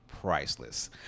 priceless